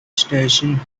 station